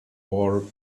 board